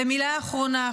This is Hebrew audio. ומילה אחרונה,